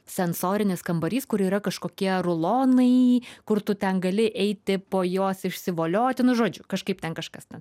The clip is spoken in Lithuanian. sensorinis kambarys kur yra kažkokie rulonai kur tu ten gali eiti po juos išsivolioti žodžiu kažkaip ten kažkas ten